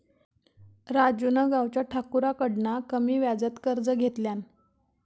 राजून गावच्या ठाकुराकडना कमी व्याजात कर्ज घेतल्यान